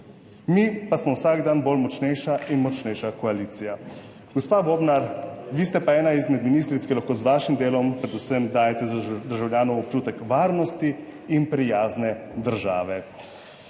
Mi pa smo vsak dan bolj močnejša in močnejša koalicija. Gospa Bobnar, vi ste pa ena izmed ministric, ki lahko z vašim delom predvsem dajete državljanom občutek varnosti in prijazne države,